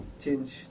change